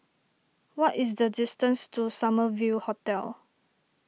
what is the distance to Summer View Hotel